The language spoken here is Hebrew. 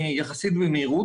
יחסית במהירות,